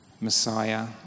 Messiah